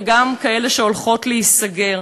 וגם כאלה שהולכות להיסגר.